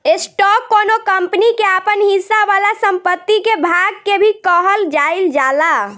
stock कौनो company के आपन हिस्सा वाला संपत्ति के भाग के भी कहल जाइल जाला